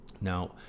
Now